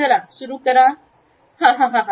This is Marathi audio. चला सुरु करा हाहाहा